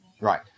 Right